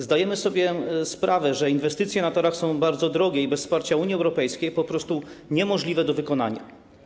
Zdajemy sobie sprawę, że inwestycje na torach są bardzo drogie i bez wsparcia Unii Europejskiej po prostu niemożliwe do wykonania.